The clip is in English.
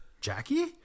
Jackie